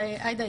שעאידה,